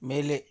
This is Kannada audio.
ಮೇಲೆ